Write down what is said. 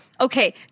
Okay